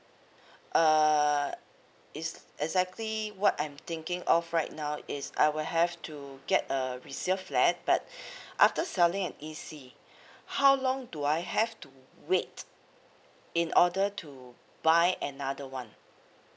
err is exactly what I'm thinking of right now is I will have to get a resale flat but after selling an E_C how long do I have to wait in order to buy another one